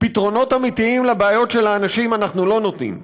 פתרונות אמיתיים לבעיות של האנשים אנחנו לא נותנים.